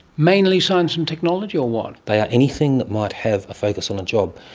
mainly science and technology or what? they are anything that might have a focus on a job.